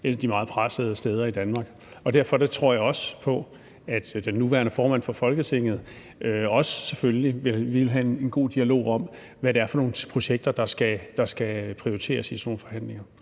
et af de meget pressede steder i Danmark. Derfor tror jeg også på, at den nuværende formand for Folketinget selvfølgelig også vil have en god dialog om, hvad det er for nogle projekter, der skal prioriteres i sådan nogle forhandlinger.